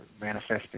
manifesting